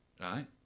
right